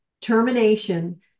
termination